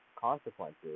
consequences